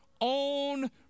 own